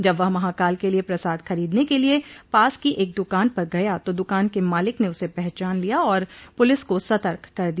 जब वह महाकाल के लिए प्रसाद खरीदने के लिए पास की एक दुकान पर गया तो दुकान के मालिक ने उसे पहचान लिया और पूलिस को सतर्क कर दिया